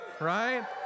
right